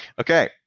Okay